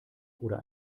oder